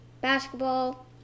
basketball